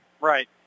Right